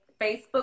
Facebook